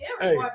Hey